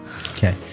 Okay